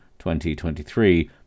2023